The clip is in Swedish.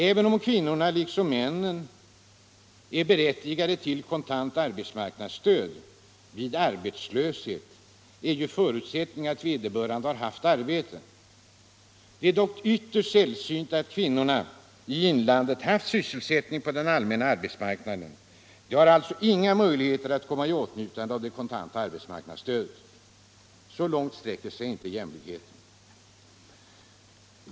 Kvinnorna är visserligen liksom männen berättigade till kontant arbetsmarknadsstöd vid arbetslöshet, men förutsättningen härför är att vederbörande haft arbete. Det är ytterst sällsynt att kvinnorna i inlandet haft sysselsättning på den allmänna arbetsmarknaden. De har alltså inga möjligheter att komma i åtnjutande av det kontanta arbetsmarknadsstödet. Så långt sträcker sig inte jämlikheten.